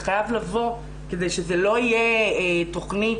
זה חייב לבוא כדי שזה לא יהיה תוכנית